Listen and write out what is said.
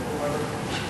חבר הכנסת מגלי והבה, בבקשה.